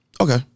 Okay